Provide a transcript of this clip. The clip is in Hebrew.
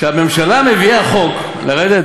כשהממשלה מביאה חוק, לרדת?